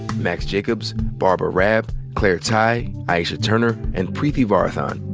max jacobs, barbara raab, claire tighe, aisha turner, and preeti varathan.